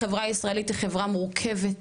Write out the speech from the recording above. החברה הישראלית היא חברה מורכבת.